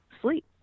sleep